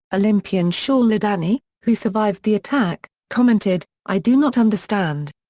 olympian shaul ladany, who survived the attack, commented i do not understand.